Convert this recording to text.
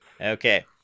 Okay